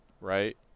right